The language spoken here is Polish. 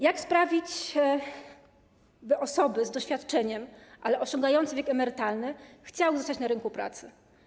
Jak sprawić, by osoby z doświadczeniem, ale osiągające wiek emerytalny, chciały zostać na rynku pracy?